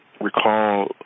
recall